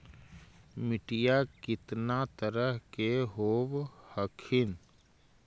मिट्टीया कितना तरह के होब हखिन?